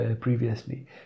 previously